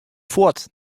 fuort